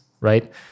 right